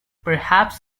perhaps